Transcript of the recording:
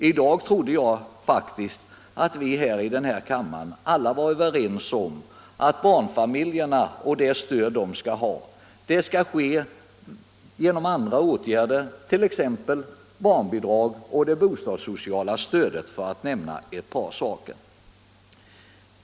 I dag trodde jag faktiskt att vi här i kammaren alla var överens om att barnfamiljerna skall stödjas genom andra åtgärder, t.ex. barnbidragen och det bostadssociala stödet.